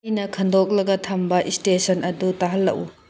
ꯑꯩꯅ ꯈꯟꯗꯣꯛꯂꯒ ꯊꯝꯕ ꯏꯁꯇꯦꯁꯟ ꯑꯗꯨ ꯇꯥꯍꯜꯂꯛꯎ